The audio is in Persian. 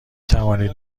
توانید